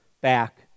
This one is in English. back